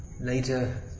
Later